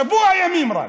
רק שבוע ימים.